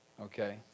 Okay